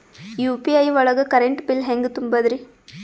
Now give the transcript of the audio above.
UPI ಒಳಗ current bill ಹೆಂಗ್ ತುಂಬದ್ರಿ?